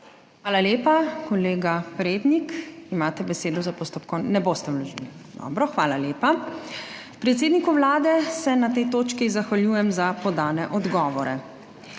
Hvala lepa. Kolega Prednik, imate besedo za postopkovno … Ne boste vložili? Dobro, hvala lepa. Predsedniku Vlade se na tej točki zahvaljujem za podane odgovore.